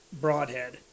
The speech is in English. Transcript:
broadhead